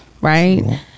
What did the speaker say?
right